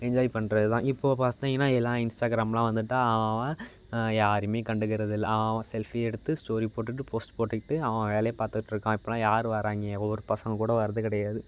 enjoy பண்ணுறது தான் இப்போது பார்த்தீங்கன்னா எல்லாம் இன்ஸ்டாகிராம்லாம் வந்துவிட்டா அவன் அவன் யாருமே கண்டுக்கிறது இல்லை அவன் அவன் செல்ஃபி எடுத்து ஸ்டோரி போட்டுட்டு போஸ்ட் போட்டுக்கிட்டு அவன் அவன் வேலையை பார்த்துட்ருக்கான் இப்போல்லாம் யார் வராங்க ஒவ்வொரு பசங்க கூட வர்றது கிடையாது